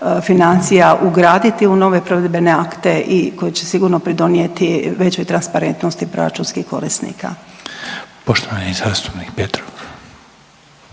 financija ugraditi u nove provedbene akte i koji će sigurno pridonijeti većoj transparentnosti proračunskih korisnika. **Reiner, Željko